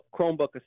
Chromebook